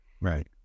Right